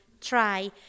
try